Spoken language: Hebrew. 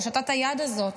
הוא הושטת היד הזאת.